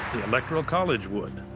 electoral college would.